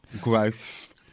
growth